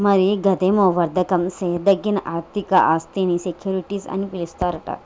మరి గదేమో వర్దకం సేయదగిన ఆర్థిక ఆస్థినీ సెక్యూరిటీస్ అని పిలుస్తారట